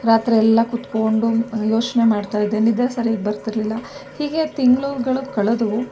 ರಾತ್ರಿಯೆಲ್ಲ ಕೂತ್ಕೊಂಡು ಯೋಚನೆ ಮಾಡ್ತಾಯಿದ್ದೆ ನಿದ್ರೆ ಸರಿಯಾಗಿ ಬರ್ತಿರಲಿಲ್ಲ ಹೀಗೆ ತಿಂಗಳುಗಳು ಕಳೆದವು